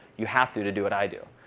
you have to to do what i do.